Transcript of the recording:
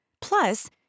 Plus